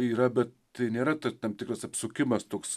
yra be tai nėra tam tikras apsukimas toks